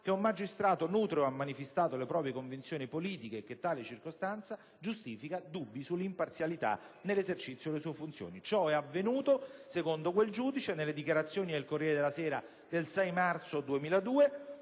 che un magistrato nutre o ha manifestato le proprie convinzioni politiche e che tale circostanza giustifica dubbi sull'imparzialità nell'esercizio delle sue funzioni. Ciò è avvenuto, secondo il giudice Salvini, nelle dichiarazioni al «Corriere della Sera» del 6 marzo 2002,